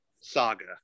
Saga